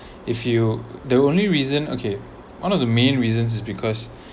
if you the only reason okay one of the main reasons is because